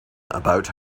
about